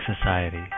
Society